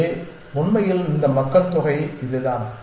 எனவே உண்மையில் இந்த மக்கள் தொகை இதுதான்